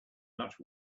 much